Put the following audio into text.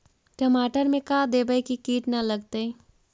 टमाटर में का देबै कि किट न लगतै?